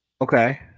Okay